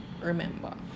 Remember